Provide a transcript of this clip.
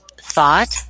thought